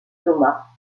thomas